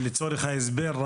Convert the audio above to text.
לצורך ההסבר,